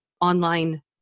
online